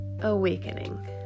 awakening